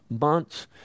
months